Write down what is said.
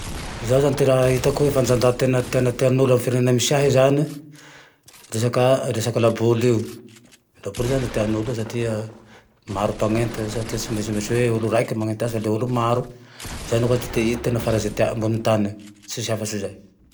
Zaho zane ty raha hitako, ty fanatanjantena tena tian'olo amin'ny firenena misy ahy zane, resaka laboly io. Laboly zane tian'olo io satria maro mpanenty satria tsy mba misimisy hoe olo raiky ny manenty aze fa le olo maro. Zay an koahy ty tena hitako fa farany ze tiae ambony tane eo, tsisy hafa tsy zay